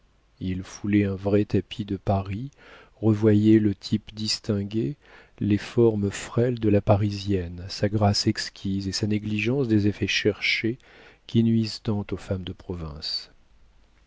il foulait un vrai tapis de paris revoyait le type distingué les formes frêles de la parisienne sa grâce exquise et sa négligence des effets cherchés qui nuisent tant aux femmes de province